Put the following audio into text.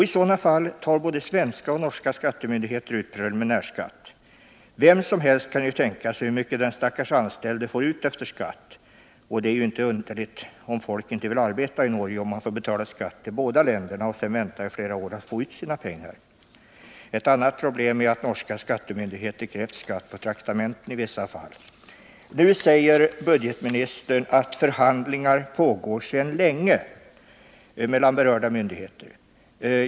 I sådana fall tar både svenska och norska skattemyndigheter ut preliminärskatt. Vem som helst kan ju tänka sig hur mycket den stackars anställde då får ut efter skatt, och det är ju inte underligt om man inte vill arbeta i Norge, om man får betala skatt till båda länderna och sedan vänta flera år på att få pengarna. Ett annat problem är att norska skattemyndigheter i vissa fall har krävt skatt på traktamenten. Nu säger budgetministern att förhandlingar mellan de berörda myndigheterna pågår sedan länge.